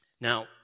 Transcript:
Now